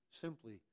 simply